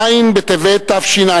ז' בטבת התשע"א,